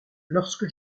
lorsque